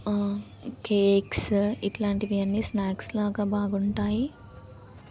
cakes ఇట్లాంటివి అన్ని snacks లాగా బాగుంటాయి